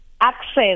access